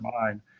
mind